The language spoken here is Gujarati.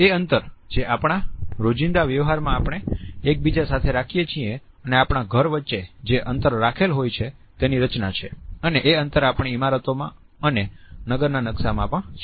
એ અંતર જે આપણા રોજિંદા વ્યવહારમાં આપણે એકબીજા સાથે રાખીએ છીએ અને આપણા ઘર વચ્ચે જે અંતર રાખેલ હોય છે તેની રચના છે અને એ અંતર આપણી ઈમારતોમાં અને નગરના નકશામાં છે